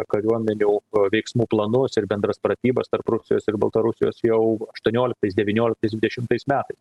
kariuomenių veiksmų planus ir bendras pratybas tarp rusijos ir baltarusijos jau aštuonioliktais devynioliktais dvidešimais metais